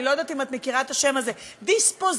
אני לא יודעת אם את מכירה את השם הזה: דיספוזיציה,